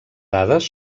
dades